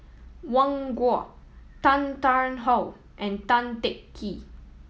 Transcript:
Wang Gung Tan Tarn How and Tan Teng Kee